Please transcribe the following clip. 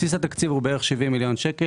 בסיס התקציב הוא כ-70 מיליון שקל